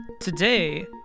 today